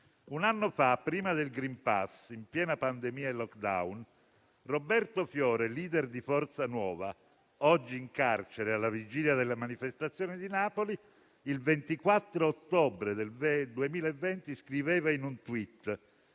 Un anno fa, prima del *green pass*, in piena pandemia e *lockdown*, Roberto Fiore, *leader* di Forza Nuova, oggi in carcere, alla vigilia della manifestazione di Napoli, il 24 ottobre del 2020 scriveva in un *tweet*: